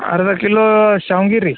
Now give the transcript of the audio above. ಅರ್ಧ ಕಿಲೋ ಶಾವ್ಗಿ ರೀ